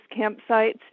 campsites